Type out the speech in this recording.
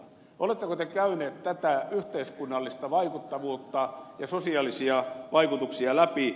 oletteko te käynyt tätä yhteiskunnallista vaikuttavuutta ja sosiaalisia vaikutuksia läpi